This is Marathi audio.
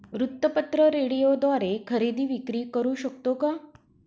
वृत्तपत्र, रेडिओद्वारे खरेदी विक्री करु शकतो का?